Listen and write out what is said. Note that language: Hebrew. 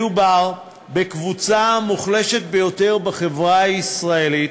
מדובר בקבוצה המוחלשת ביותר בחברה הישראלית,